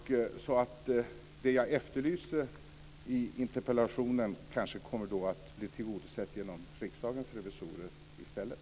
Det jag efterlyser i interpellationen kanske kommer att bli tillgodosett genom Riksdagens revisorer i stället.